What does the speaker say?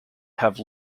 have